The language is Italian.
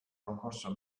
concorso